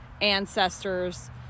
Ancestors